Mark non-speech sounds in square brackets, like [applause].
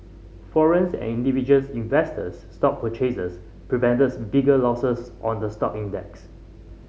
foreign [unintelligible] and individuals investors stock purchases prevents bigger losses on the stock index